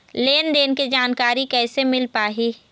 लेन देन के जानकारी कैसे मिल पाही?